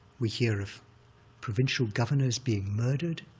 we hear of provincial governors being murdered,